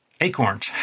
acorns